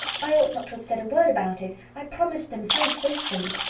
i ought not to have said a word about it. i promised them so faithfully!